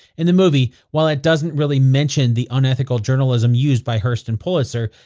in the movie, while it doesn't really mention the unethical journalism used by hearst and pulitzer,